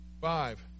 Five